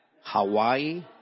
Hawaii